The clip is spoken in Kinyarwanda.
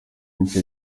minsi